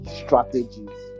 strategies